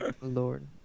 Lord